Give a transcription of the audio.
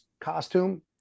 costume